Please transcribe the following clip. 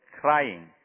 crying